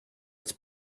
its